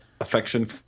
affection